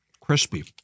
crispy